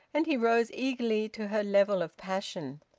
and he rose eagerly to her level of passion.